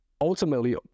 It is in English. ultimately